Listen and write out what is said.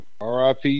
RIP